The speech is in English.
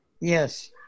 yes